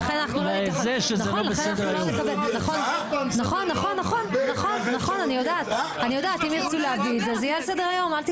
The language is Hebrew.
אם ירצו להביא את זה, זה יהיה על סדר-היום.